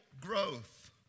growth